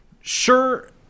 Sure